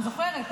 אני זוכרת,